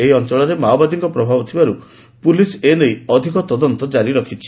ଏହି ଅଞ୍ଚଳରେ ମାଓବାଦୀଙ୍କ ପଭାବ ଥିବାର୍ ପୁଲିସ୍ ଏନେଇ ଅଧିକ ତଦନ୍ତ କାରି ରଖୁଛି